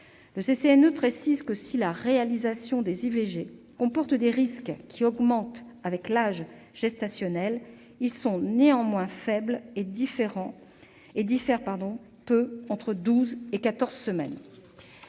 Le CCNE précise que, si la réalisation des IVG comporte des risques qui augmentent avec l'âge gestationnel, ces derniers sont néanmoins faibles et diffèrent peu entre douze et quatorze semaines